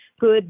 good